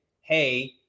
Hey